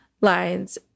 lines